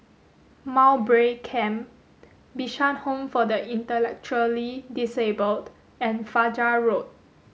Mowbray Camp Bishan Home for the Intellectually Disabled and Fajar Road